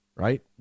Right